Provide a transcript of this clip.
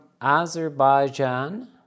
Azerbaijan